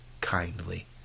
kindly